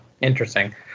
Interesting